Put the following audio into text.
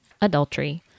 adultery